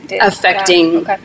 affecting